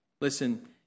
Listen